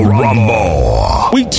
rumble